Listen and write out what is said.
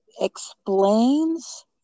explains